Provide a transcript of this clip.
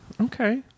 okay